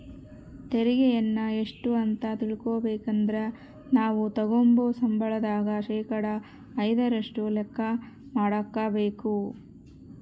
ತೆರಿಗೆಯನ್ನ ಎಷ್ಟು ಅಂತ ತಿಳಿಬೇಕಂದ್ರ ನಾವು ತಗಂಬೋ ಸಂಬಳದಾಗ ಶೇಕಡಾ ಐದರಷ್ಟು ಲೆಕ್ಕ ಮಾಡಕಬೇಕು